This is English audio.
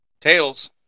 Tails